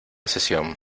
sesión